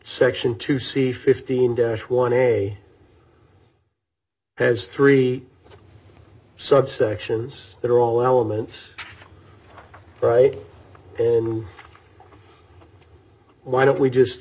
section to see fifteen dash one a day has three subsections that are all elements right why don't we just